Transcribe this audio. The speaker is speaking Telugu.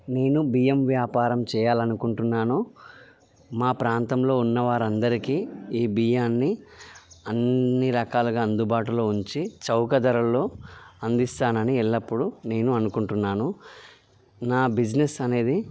నేను బియ్యం వ్యాపారం చేయాలనుకుంటున్నాను మా ప్రాంతంలో ఉన్న వారందరికీ ఈ బియ్యాన్ని అన్ని రకాలుగా అందుబాటులో ఉంచి చౌక ధరలో అందిస్తానని ఎల్లపుడూ నేను అనుకుంటున్నాను నా బిజినెస్ అనేది